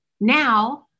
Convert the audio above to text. now